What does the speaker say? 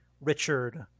Richard